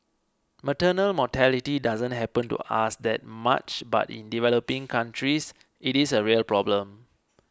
maternal mortality doesn't happen to us that much but in developing countries it is a real problem